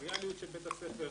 פריפריאליות של בית הספר,